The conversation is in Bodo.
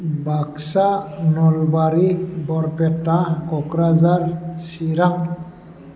बाक्सा नलबारि बरपेटा क'क्राझार चिरां